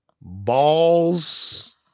balls